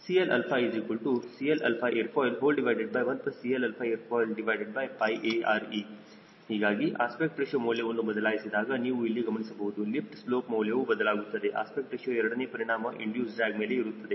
CLCL aerofoil1CL aerofoilARe ಹೀಗಾಗಿ aspect ratio ಮೌಲ್ಯವನ್ನು ಬದಲಾಯಿಸಿದಾಗ ನೀವು ಇಲ್ಲಿ ಗಮನಿಸಬಹುದು ಲಿಫ್ಟ್ ಸ್ಲೋಪ್ ಮೌಲ್ಯವು ಬದಲಾಗುತ್ತದೆ ಅಸ್ಪೆಕ್ಟ್ ರೇಶಿಯೋ ಎರಡನೇ ಪರಿಣಾಮ ಇಂಡಿಯೂಸ್ ಡ್ರ್ಯಾಗ್ ಮೇಲೆ ಇರುತ್ತದೆ